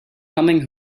coming